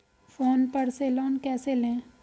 Phone पर से loan कैसे लें?